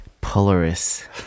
Polaris